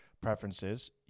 preferences